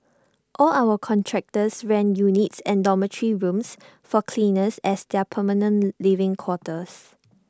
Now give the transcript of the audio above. all our contractors rent units and dormitory rooms for cleaners as their permanent living quarters